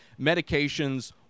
medications